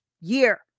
year